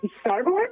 starboard